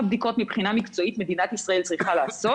בדיקות מבחינה מקצועית מדינת ישראל צריכה לעשות.